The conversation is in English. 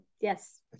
Yes